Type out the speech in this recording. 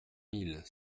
mille